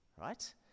Right